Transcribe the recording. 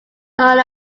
known